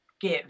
give